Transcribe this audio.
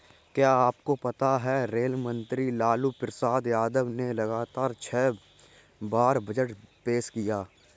क्या आपको पता है रेल मंत्री लालू प्रसाद यादव ने लगातार छह बार बजट पेश किया?